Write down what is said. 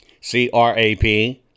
C-R-A-P